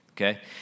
Okay